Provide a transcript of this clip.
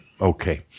Okay